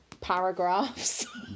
paragraphs